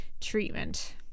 treatment